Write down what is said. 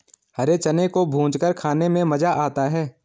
हरे चने को भूंजकर खाने में मज़ा आता है